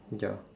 ya